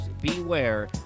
beware